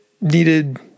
needed